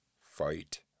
fight